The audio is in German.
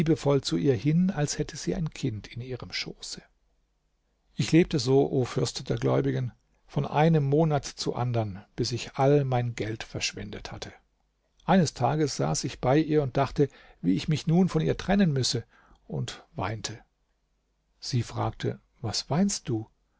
zu ihr hin als hätte sie ein kind in ihrem schoße ich lebte so o fürst der gläubigen von einem monat zu andern bis ich all mein geld verschwendet hatte eines tages saß ich bei ihr und dachte wie ich mich nun von ihr trennen müsse und weinte sie fragte was weinst du